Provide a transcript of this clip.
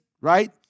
right